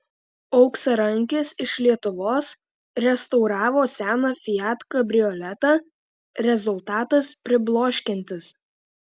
auksarankis iš lietuvos restauravo seną fiat kabrioletą rezultatas pribloškiantis